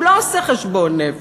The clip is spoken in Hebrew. הוא לא עושה חשבון נפש.